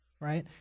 right